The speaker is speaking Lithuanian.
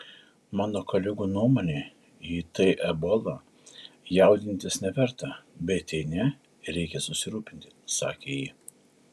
mano kolegų nuomone jei tai ebola jaudintis neverta bet jei ne reikia susirūpinti sakė ji